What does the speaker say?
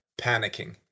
panicking